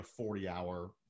40-hour